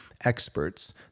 experts